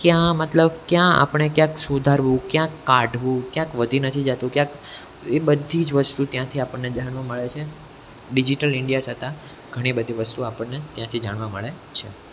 ક્યાં મતલબ કયા આપણે ક્યાંક સુધારવું ક્યાં કાઢવું ક્યાંક વધી નથી જતું ક્યાંક એ બધી જ વસ્તુ ત્યાંથી આપણને જાણવા મળે છે ડિજીટલ ઈન્ડિયા સાથે ઘણી બધી વસ્તુઓ આપણને ત્યાંથી જાણવા મળે છે